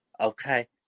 okay